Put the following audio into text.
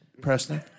Preston